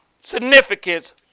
significance